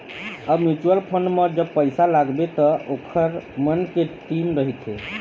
अब mutual fund म जब पइसा लगाबे त ओखर मन के टीम रहिथे